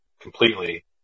completely